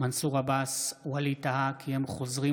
מנסור עבאס ווליד טאהא כי הם חוזרים